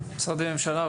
משרדי הממשלה?